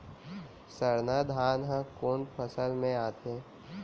सरना धान ह कोन फसल में आथे?